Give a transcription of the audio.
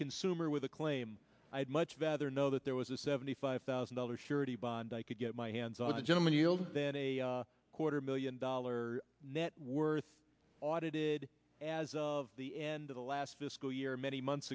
consumer with a claim i'd much rather know that there was a seventy five thousand dollars surety bond i could get my hands on the gentleman yield than a quarter million dollar net worth audited as of the end of the last fiscal year many months